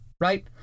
Right